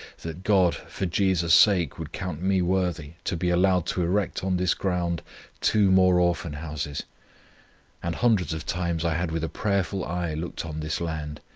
that god for jesus' sake would count me worthy, to be allowed to erect on this ground two more orphan-houses and hundreds of times i had with a prayerful eye looked on this land,